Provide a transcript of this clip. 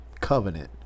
Covenant